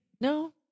No